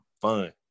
fun